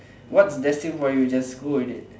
what's destined for you just go with it